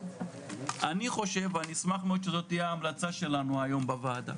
אני חושב ואני אשמח שזאת תהיה ההמלצה שלנו היום בוועדה,